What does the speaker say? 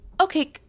Okay